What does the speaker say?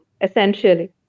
essentially